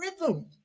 rhythm